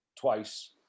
twice